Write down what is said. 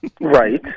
Right